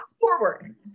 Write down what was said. forward